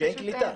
שאין בהם קליטה.